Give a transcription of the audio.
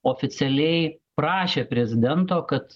oficialiai prašė prezidento kad